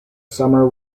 summer